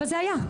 אבל זה היה.